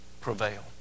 prevail